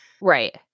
right